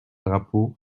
drapeau